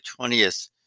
20th